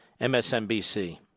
MSNBC